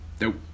Nope